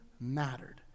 mattered